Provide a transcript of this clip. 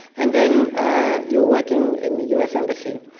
and then ah you were working in the u s. embassy.